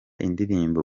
indirimbo